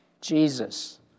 Jesus